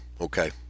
Okay